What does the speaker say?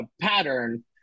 pattern